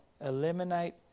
Eliminate